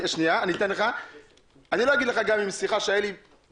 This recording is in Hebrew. אני לא אגיד לך שהיה לי שיחה עם האוצר,